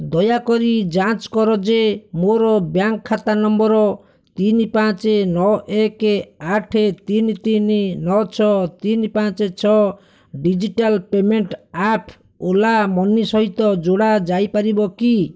ଦୟାକରି ଯାଞ୍ଚ୍ କର ଯେ ମୋର ବ୍ୟାଙ୍କ୍ ଖାତା ନମ୍ବର୍ ତିନି ପାଞ୍ଚ ନଅ ଏକ ଆଠ ତିନି ତିନି ନଅ ଛଅ ତିନି ପାଞ୍ଚ ଛଅ digital payment app Ola Money ସହିତ ଯୋଡ଼ା ଯାଇପାରିବ କି